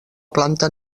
planta